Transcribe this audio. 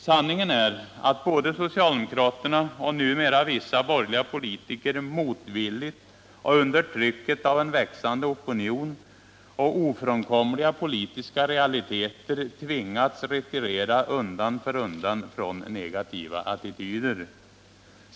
Sanningen är att både socialdemokraterna och numera vissa borgerliga politiker motvilligt och under trycket av en växande opinion och ofrånkomliga politiska realiteter tvingats retirera undan för undan från negativa attityder.